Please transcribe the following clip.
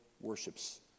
worships